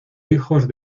hijos